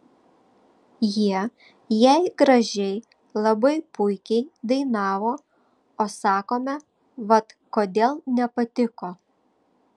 jie jei gražiai labai puikiai dainavo o sakome vat kodėl nepatiko